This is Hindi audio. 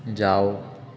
जाओ